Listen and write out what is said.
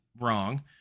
wrong